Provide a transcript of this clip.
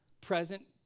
present